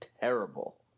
terrible